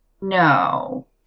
No